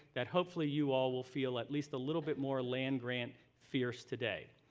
that hopefully you all will feel at least a little bit more land-grant fierce today.